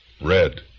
Red